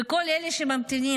וכל אלה שממתינים,